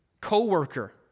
co-worker